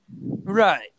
right